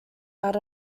out